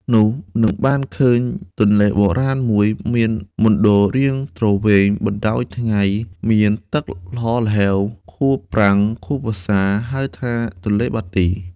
នោះនឹងបានឃើញទនេ្លបុរាណមួយ មានមណ្ឌលរាងទ្រវែងបណ្តោយថៃ្ង មានទឹកល្ហហ្ហេវ ខួបប្រាំងខួបវស្សា ហៅថា ទនេ្លបាទី។